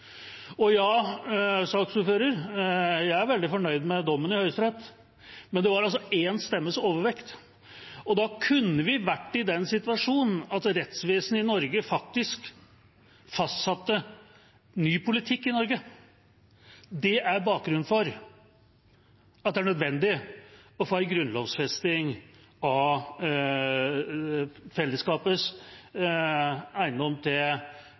Jeg er veldig fornøyd med dommen i Høyesterett, men det var altså én stemmes overvekt. Vi kunne vært i den situasjonen at rettsvesenet i Norge faktisk fastsatte ny politikk i Norge. Det er bakgrunnen for at det er nødvendig å få en grunnlovfesting av fellesskapets eiendomsrett til